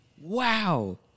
Wow